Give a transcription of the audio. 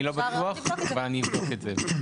אבל אני אבדוק את זה.